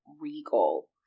Regal